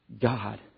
God